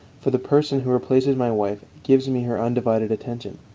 for the person who replaces my wife gives me her undivided attention.